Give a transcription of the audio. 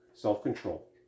Self-control